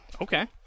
Okay